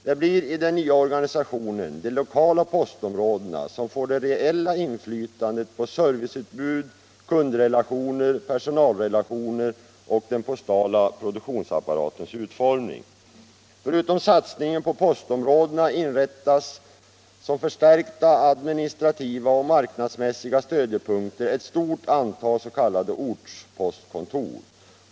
Det blir i den nya organisationen de lokala postområdena som får det reella inflytandet på serviceutbud, kundrelationer, personalrelationer och den postala produktionsapparatens utformning. Förutom satsningen på postområdena inrättas som förstärkta administrativa och marknadsmässiga stödjepunkter ett stort antal s.k. ortpostkontor.